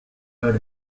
heard